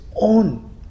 own